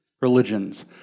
religions